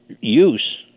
use